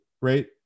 right